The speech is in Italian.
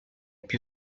più